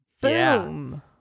Boom